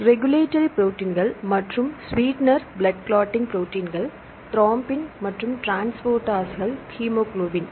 regulatory ப்ரோடீன்கள் மற்றும் sweetener blood clotting ப்ரோடீன்கள் த்ரோம்பின் மற்றும் டிரான்ஸ்போர்ட்டர்கள் ஹீமோகுளோபின்